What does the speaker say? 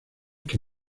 que